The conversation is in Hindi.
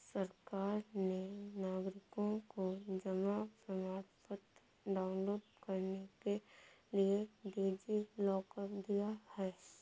सरकार ने नागरिकों को जमा प्रमाण पत्र डाउनलोड करने के लिए डी.जी लॉकर दिया है